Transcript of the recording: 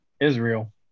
Israel